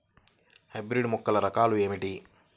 Hybrid మొక్కల రకాలు ఏమిటీ?